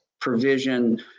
provision